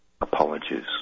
apologies